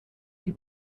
die